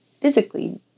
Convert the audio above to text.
physically